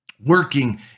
working